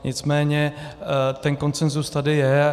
Nicméně ten konsenzus tady je.